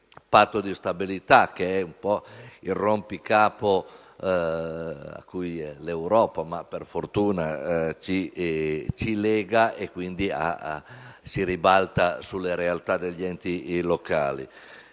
del Patto di stabilità, che è il rompicapo a cui l'Europa - per fortuna - ci lega e che si ribalta sulla realtà degli enti locali.